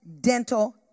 dental